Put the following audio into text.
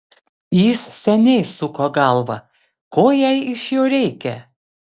jis seniai suko galvą ko jai iš jo reikia